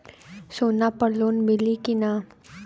सोना पर लोन मिली की ना?